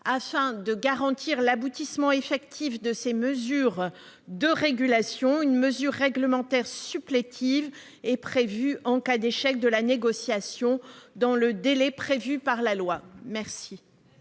Afin de garantir l'aboutissement effectif de ces mesures de régulation, une mesure supplémentaire supplétive est prévue en cas d'échec de la négociation dans le délai prévu par la loi. Quel